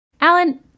Alan